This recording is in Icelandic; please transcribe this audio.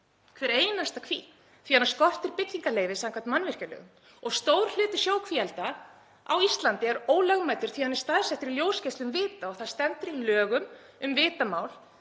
hver einasta kví, því að hana skortir byggingarleyfi samkvæmt mannvirkjalögum. Stór hluti sjókvíaelda á Íslandi er ólögmætur því að hann er staðsettur í ljósgeislum vita og það stendur í lögum um vitamál